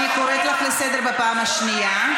אני קוראת אותך לסדר פעם שנייה.